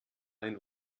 ein